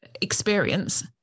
experience